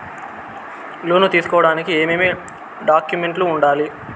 లోను తీసుకోడానికి ఏమేమి డాక్యుమెంట్లు ఉండాలి